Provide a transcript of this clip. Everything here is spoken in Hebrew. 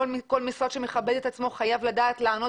כל משרד שמכבד את עצמו חייב לדעת לענות